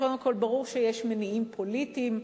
קודם כול, ברור שיש מניעים פוליטיים.